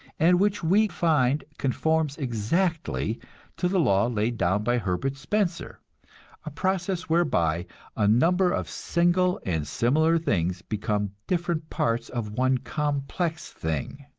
and which we find conforms exactly to the law laid down by herbert spencer a process whereby a number of single and similar things become different parts of one complex thing.